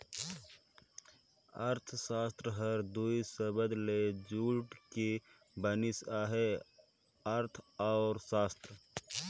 अर्थसास्त्र हर दुई सबद ले जुइड़ के बनिस अहे अर्थ अउ सास्त्र